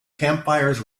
campfires